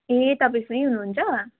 ए तपाईँ फ्री हुनुहुन्छ